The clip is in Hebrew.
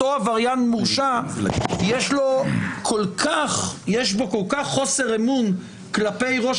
לאותו עבריין מורשע יש כל כך חוסר אמון כלפי ראש